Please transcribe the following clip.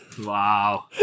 Wow